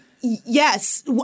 Yes